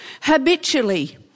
habitually